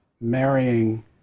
marrying